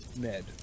Ned